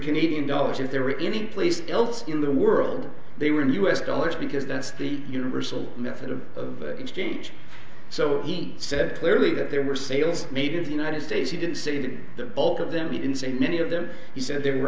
canadian dollars if there were any place else in the world they were in u s dollars because that's the universal method of exchange so he said clearly that there were sales made in the united states he didn't say that the bulk of them even seen any of them he said there were